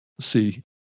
see